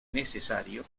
necesario